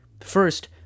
First